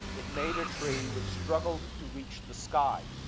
it made a tree which struggled to reach the sky.